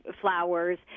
flowers